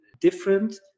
different